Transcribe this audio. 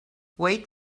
wait